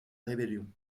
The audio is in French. rébellion